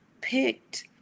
picked